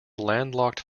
landlocked